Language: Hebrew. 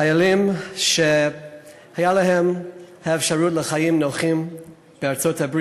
חיילים שהייתה להם אפשרות לחיים נוחים בארצות-הברית,